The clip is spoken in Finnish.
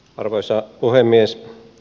arvoisa puhemies